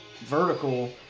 vertical